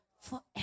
forever